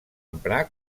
emprar